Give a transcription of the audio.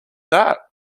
that